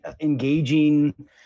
engaging